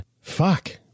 fuck